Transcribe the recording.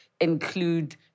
include